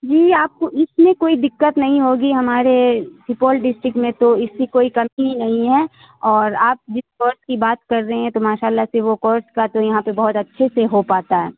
جی آپ کو اس میں کوئی دقت نہیں ہوگی ہمارے سپول ڈسٹرکٹ میں تو اس کی کوئی کمی نہیں ہے اور آپ جس کورس کی بات کر رہے ہیں تو ماشاء اللہ سے وہ کورس کا تو یہاں پہ بہت اچھے سے ہو پاتا ہے